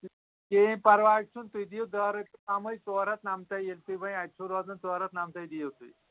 کِہیٖنۍ پَرواے چھُنہٕ تُہۍ دِیِو دہ رۄپیہِ کَمٕے ژور ہَتھ نَمتَے یِن تُہۍ وۄنۍ اَتہِ چھُ روزان ژور ہَتھ نَمتَے دِیِو تُہۍ